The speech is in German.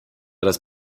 das